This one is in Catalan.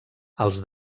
els